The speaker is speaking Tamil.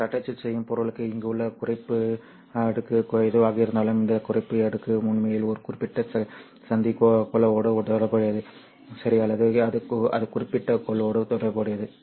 நான் தட்டச்சு செய்யும் பொருளுக்கு இங்கு உள்ள குறைப்பு அடுக்கு எதுவாக இருந்தாலும் இந்த குறைப்பு அடுக்கு உண்மையில் ஒரு குறிப்பிட்ட சந்தி கொள்ளளவோடு தொடர்புடையது அல்லது அது குறிப்பிட்ட கொள்ளளவோடு தொடர்புடையது